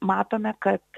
matome kad